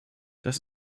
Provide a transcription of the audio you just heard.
das